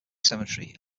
cemetery